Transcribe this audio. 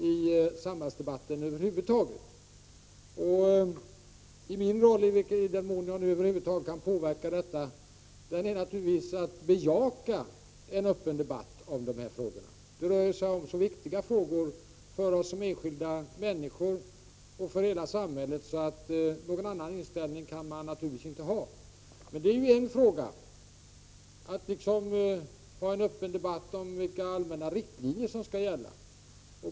I den mån jag över huvud taget kan påverka detta är det naturligtvis för att bejaka en öppen debatt om dessa frågor. Det rör sig om viktiga frågor för oss som enskilda människor och för hela samhället. Någon annan inställning kan man naturligtvis inte ha. Men det är en sak att ha en öppen debatt om vilka allmänna riktlinjer som skall gälla.